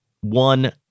one